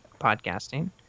podcasting